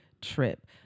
trip